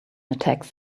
attacks